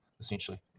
essentially